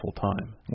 full-time